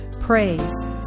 praise